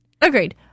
Agreed